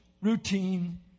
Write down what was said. routine